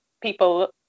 people